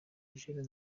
eugene